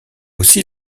aussi